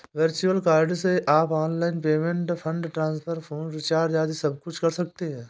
virtual card से आप online payment, fund transfer, phone recharge आदि सबकुछ कर सकते हैं